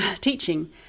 teaching